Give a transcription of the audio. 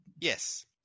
Yes